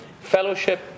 fellowship